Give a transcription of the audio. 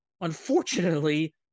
unfortunately